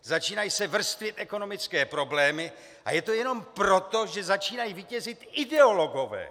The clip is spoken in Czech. Začínají se vrstvit ekonomické problémy a je to jenom proto, že začínají vítězit ideologové!